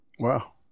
wow